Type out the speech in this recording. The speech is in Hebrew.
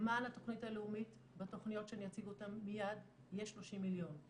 למען התכנית הלאומית בתכניות שאני אציג אותן מיד יש 30 מיליון.